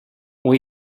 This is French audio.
ont